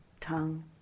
tongue